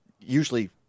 usually